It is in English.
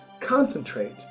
concentrate